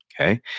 okay